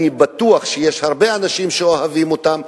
אני בטוח שיש הרבה אנשים שאוהבים אותם.